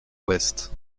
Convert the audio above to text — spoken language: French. ouest